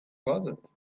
closet